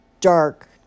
dark